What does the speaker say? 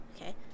okay